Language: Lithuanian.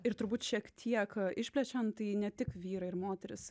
ir turbūt šiek tiek išplečiant tai ne tik vyrai ir moteris